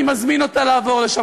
אני מזמין אותה לעבור לשם.